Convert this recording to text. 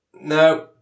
No